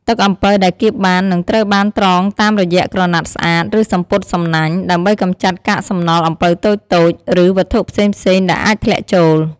ទឹកអំពៅដែលកៀបបាន នឹងត្រូវបានត្រងតាមរយៈក្រណាត់ស្អាត ឬសំពត់សំណាញ់ ដើម្បីកម្ចាត់កាកសំណល់អំពៅតូចៗ ឬវត្ថុផ្សេងៗដែលអាចធ្លាក់ចូល។